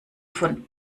von